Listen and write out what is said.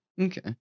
Okay